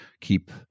keep